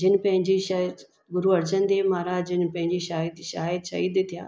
जिन पंहिंजी शर्त गुरू अर्जन देव महाराजनि पंहिंजी शाहिद शाहिद शहीदु थिया